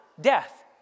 death